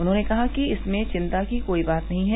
उन्होंरने कहा कि इसमें विंता की कोई बात नहीं है